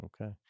Okay